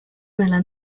nella